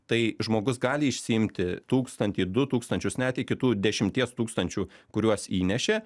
tai žmogus gali išsiimti tūkstantį du tūkstančius net iki tų dešimties tūkstančių kuriuos įnešė